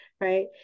right